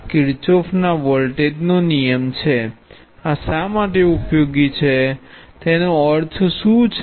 આ કિરચોફના વોલ્ટેજ નો નિયમ છે આ શા માટે ઉપયોગી છે તેનો અર્થ શું છે